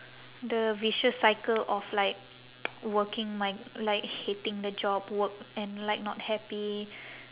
the vicious cycle of like working my like hating the job work and like not happy